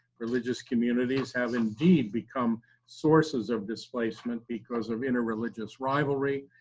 religious communities have indeed become sources of displacement because of interreligious rivalry,